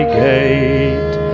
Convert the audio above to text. gate